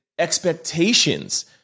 Expectations